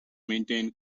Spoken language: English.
maintain